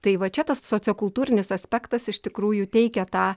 tai va čia tas sociokultūrinis aspektas iš tikrųjų teikia tą